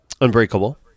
Unbreakable